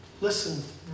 Listen